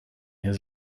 his